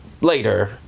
later